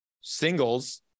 singles